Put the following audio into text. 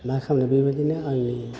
मा खालामनो बेबायदिनो आंनि